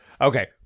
okay